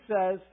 says